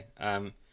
Okay